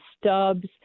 stubs